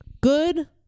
good